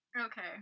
Okay